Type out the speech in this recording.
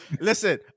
Listen